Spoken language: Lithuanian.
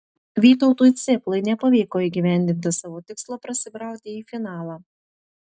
vytautui cėplai nepavyko įgyvendinti savo tikslo prasibrauti į finalą